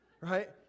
Right